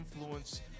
influence